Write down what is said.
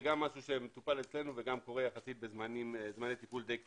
זה גם משהו שמטופל אצלנו וגם קורה יחסית בזמני טיפול דיי קצרים.